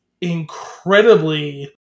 Incredibly